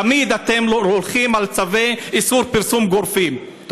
אתם תמיד הולכים על צווי איסור פרסום גורפים,